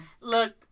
look